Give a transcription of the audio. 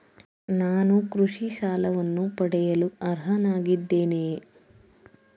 ನಾನು ಕೃಷಿ ಸಾಲವನ್ನು ಪಡೆಯಲು ಅರ್ಹನಾಗಿದ್ದೇನೆಯೇ?